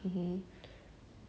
mmhmm